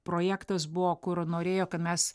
projektas buvo kur norėjo kad mes